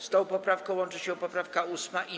Z tą poprawką łączy się poprawka 8.